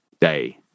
day